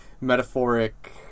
metaphoric